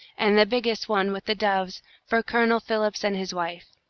and the biggest one, with the doves, for colonel philips and his wife.